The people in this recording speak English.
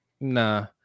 nah